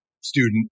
student